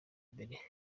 mbere